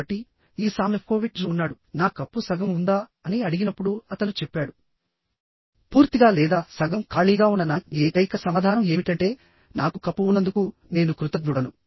కాబట్టి ఈ Sam Lefkowitz ఉన్నాడు నా కప్పు సగం ఉందా అని అడిగినప్పుడు అతను చెప్పాడు పూర్తిగా లేదా సగం ఖాళీగా ఉన్న నా ఏకైక సమాధానం ఏమిటంటే నాకు కప్పు ఉన్నందుకు నేను కృతజ్ఞుడను